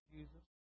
Jesus